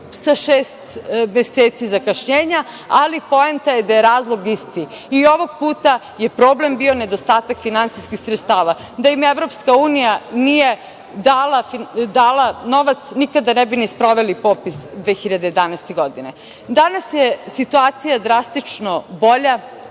sa šest meseci zakašnjenja, ali poenta je da je razlog isti. I ovog puta je problem bio nedostatak finansijskih sredstava. Da im EU nije dala novac nikada ne bi ni sproveli popis 2011. godine. Danas je situacija drastično bolja.